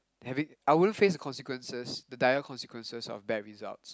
having I wouldn't face the consequences the dire consequences of bad results